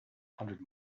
hundred